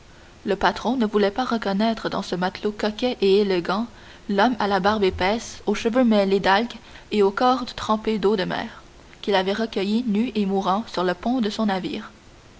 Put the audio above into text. le patron ne voulait pas reconnaître dans ce matelot coquet et élégant l'homme à la barbe épaisse aux cheveux mêlés d'algues et au corps trempé d'eau de mer qu'il avait recueilli nu et mourant sur le pont de son navire